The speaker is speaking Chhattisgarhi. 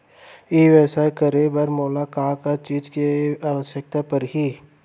ई व्यवसाय करे बर मोला का का चीज के आवश्यकता परही?